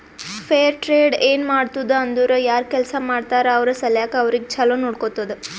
fair trade ಏನ್ ಮಾಡ್ತುದ್ ಅಂದುರ್ ಯಾರ್ ಕೆಲ್ಸಾ ಮಾಡ್ತಾರ ಅವ್ರ ಸಲ್ಯಾಕ್ ಅವ್ರಿಗ ಛಲೋ ನೊಡ್ಕೊತ್ತುದ್